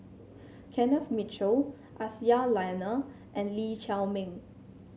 Kenneth Mitchell Aisyah Lyana and Lee Chiaw Meng